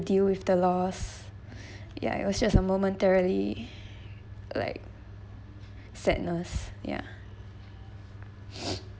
deal with the loss ya it was just a momentarily like sadness ya